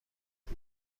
هست